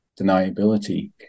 deniability